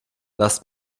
lass